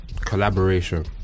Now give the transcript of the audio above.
Collaboration